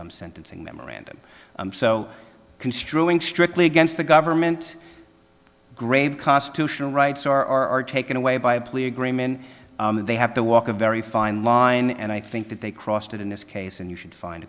sentencing memorandum so construing strictly against the government grave constitutional rights are taken away by a plea agreement they have to walk a very fine line and i think that they crossed it in this case and you should find